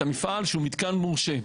את המפעל שהוא מתקן מורשה.